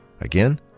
Again